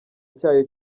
cyayo